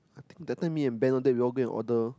think that time me and Ben all that we all go and order